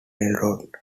railroad